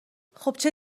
خوبچه